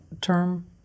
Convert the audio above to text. term